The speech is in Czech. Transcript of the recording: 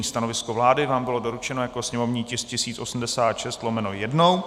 Stanovisko vlády vám bylo doručeno jako sněmovní tisk 1086/1.